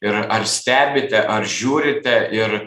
ir ar stebite ar žiūrite ir